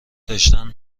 داشتن